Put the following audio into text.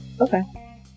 okay